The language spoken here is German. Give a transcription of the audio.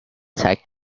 zeigt